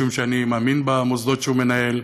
משום שאני מאמין במוסדות שהוא מנהל,